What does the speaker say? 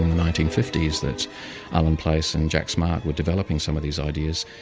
nineteen fifty s that ullin place and jack smart were developing some of these ideas,